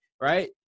Right